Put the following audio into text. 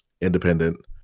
independent